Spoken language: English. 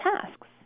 tasks